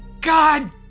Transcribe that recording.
god